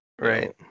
Right